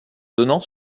donnant